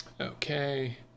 Okay